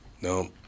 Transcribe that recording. No